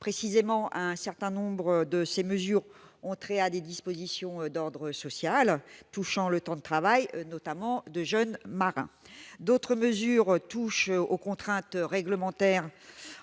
précisément, un certain nombre de ces mesures ont trait à des dispositions d'ordre social qui affectent le temps de travail, notamment, des jeunes marins. D'autres mesures touchent aux contraintes réglementaires